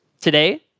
Today